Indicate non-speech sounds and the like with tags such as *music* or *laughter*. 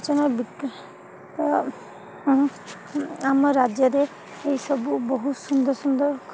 *unintelligible* ଆମ ରାଜ୍ୟରେ ଏହି ସବୁ ବହୁତ ସୁନ୍ଦର ସୁନ୍ଦର